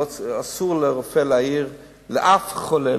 אסור לרופא להעיר לאף חולה,